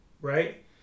right